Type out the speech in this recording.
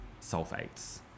sulfates